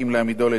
ומאידך גיסא,